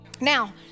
Now